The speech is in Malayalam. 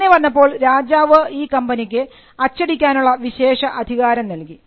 അങ്ങനെ വന്നപ്പോൾ രാജാവ് ഈ കമ്പനിക്ക് അച്ചടിക്കാനുള്ള വിശേഷ അധികാരം നൽകി